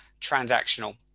transactional